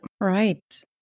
right